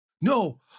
No